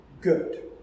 good